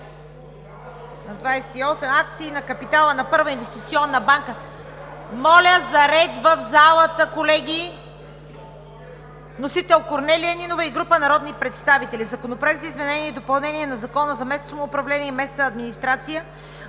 акции от капитала на „Първа инвестиционна банка“ АД. (Шум и реплики.) Моля за ред в залата, колеги! Вносители – Корнелия Нинова и група народни представители. Законопроект за изменение и допълнение на Закона за местното самоуправление и местната администрация.